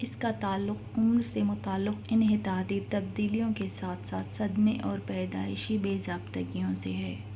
اس کا تعلق عمر سے متعلق انحطاطی تبدیلیوں کے ساتھ ساتھ صدمے اور پیدائشی بےضابطگیوں سے ہے